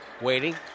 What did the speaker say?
Waiting